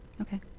okay